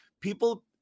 people